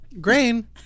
Grain